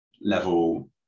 level